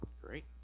Great